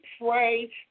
pray